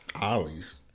Ollie's